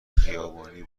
خیابانی